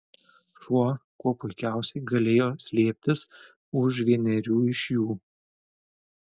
šuo kuo puikiausiai galėjo slėptis už vienerių iš jų